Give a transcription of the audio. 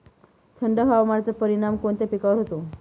थंड हवामानाचा परिणाम कोणत्या पिकावर होतो?